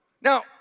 Now